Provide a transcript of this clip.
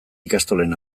ikastolen